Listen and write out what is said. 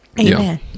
Amen